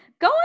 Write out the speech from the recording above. go